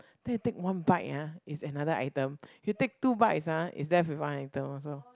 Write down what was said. then I take one bite ah is another item you take two bites ah is there with one item also